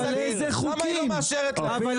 היועצת המשפטית למה היא לא מאשרת להם.